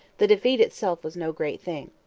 the defeat itself was no great thing.